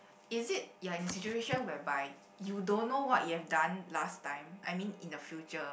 is it you are in a situation whereby you don't know what you have done last time I mean in the future